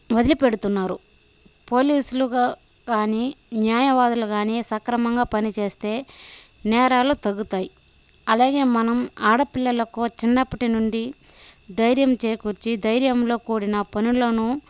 వదిలి పెడుతున్నారు పోలీసులు కానీ న్యాయవాదులు కానీ సక్రమంగా పనిచేస్తే నేరాలు తగ్గుతాయి అలాగే మనం ఆడపిల్లలకు చిన్నప్పటినుండి ధైర్యం చేకూర్చి ధైర్యంతో కూడిన పనులను